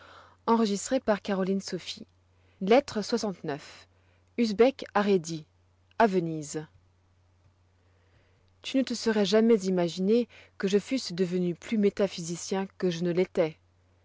lettre lxix usbek à rhédi à venise t u ne te serois jamais imaginé que je fusse devenu plus métaphysicien que je ne l'étois